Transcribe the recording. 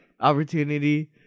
opportunity